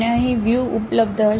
અને અહીં વ્યૂ ઉપલબ્ધ હશે